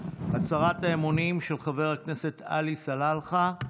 הצהרת האמונים של חבר הכנסת עלי סלאלחה.